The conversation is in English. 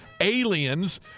Aliens